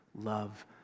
love